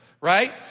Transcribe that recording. Right